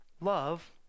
love